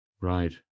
right